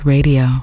Radio